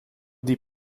die